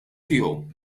tiegħu